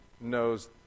knows